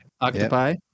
Octopi